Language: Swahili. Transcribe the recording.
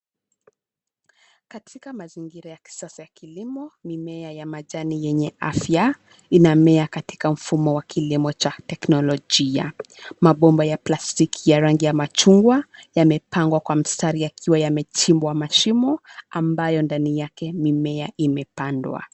Katika mazingira ya kisasa ya kilimo mimea ya majani yenye afya inamea katika mfumo wa kilimo cha teknolojia. Mabomba ya plastiki ya rangi ya machungwa yamepangwa kwa mstari yakiwa yamechimbwa mashimo ambayo ndani yake mimea imepandwa.